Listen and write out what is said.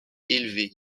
élevée